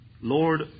Lord